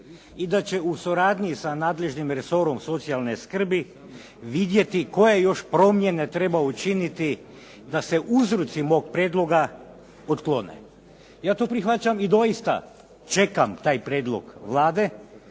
i da će u suradnji sa nadležnim resorom socijalne skrbi vidjeti koje još promjene treba učiniti da se uzroci moga prijedloga otklone. Ja to prihvaćam i dosita čekam taj prijedlog Vlade